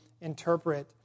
interpret